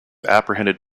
apprehended